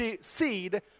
seed